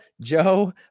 joe